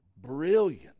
Brilliant